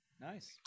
Nice